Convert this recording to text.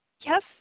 Yes